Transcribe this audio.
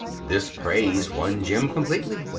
this praise won jim completely.